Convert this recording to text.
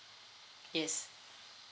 yes